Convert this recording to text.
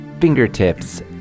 Fingertips